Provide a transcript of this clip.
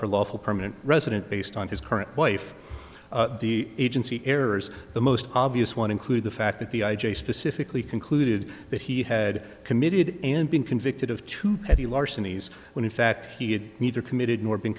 lawful permanent resident based on his current wife the agency errors the most obvious one include the fact that the i j a specifically concluded that he had committed and been convicted of two at the larcenies when in fact he had neither committed nor been